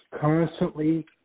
constantly